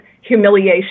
humiliation